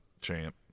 champ